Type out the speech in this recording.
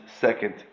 second